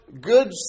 good